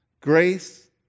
grace